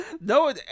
No